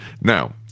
Now